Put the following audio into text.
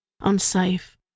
Unsafe